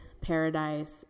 paradise